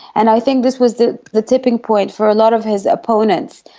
and i think this was the the tipping point for a lot of his opponents.